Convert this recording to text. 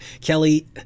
Kelly